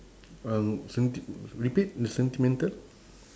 um senti~ repeat the sentimental